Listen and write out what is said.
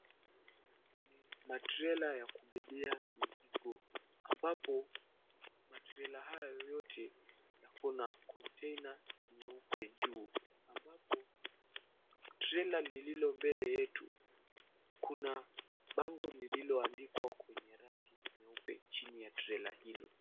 Matrela ya kubebea mizigo ambapo matrela hayo yote na kuna container nyeupe juu ambapo trela lililo mbele yetu kuna bango lililoandikwa kwenye rangi nyeupe chini ya trela hilo.